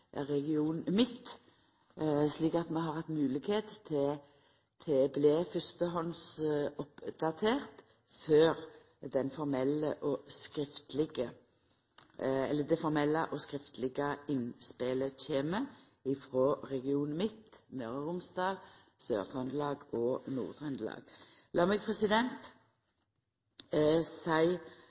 Region midt – slik at vi har hatt moglegheit til å bli fyrstehands oppdaterte før det formelle og skriftlege innspelet kjem frå Region midt – Møre og Romsdal, Sør-Trøndelag og Nord-Trøndelag. Lat meg